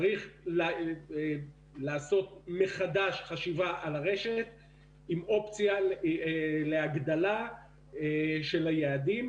צריך לעשות חשיבה מחדש על הרשת עם אופציה להגדלה של היעדים,